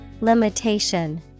Limitation